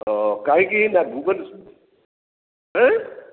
ତ କାହିଁକି ନା ଭୁବନେଶ୍ଵର